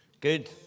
good